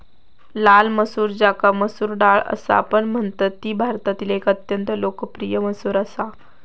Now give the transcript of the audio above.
लाल मसूर ज्याका मसूर डाळ असापण म्हणतत ती भारतातील एक अत्यंत लोकप्रिय मसूर असा